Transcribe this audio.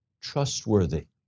Trustworthy